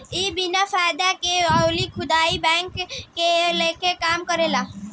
इ बिन फायदा के अउर खुदरा बैंक के लेखा काम करेला